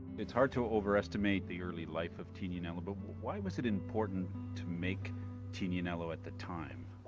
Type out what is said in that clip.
it's hard to overestimate the early life of tignanello, but why was it important to make tignanello at the time?